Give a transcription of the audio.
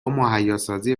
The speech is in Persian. مهیاسازی